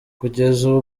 kugeza